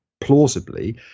plausibly